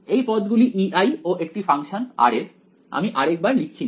এই পদ গুলি Ei ও একটি ফাংশন r এর আমি আরেকবার লিখছি না